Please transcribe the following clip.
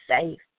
safe